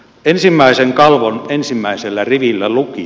ensimmäisen kalvon ensimmäisellä rivillä luki